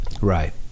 Right